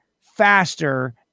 faster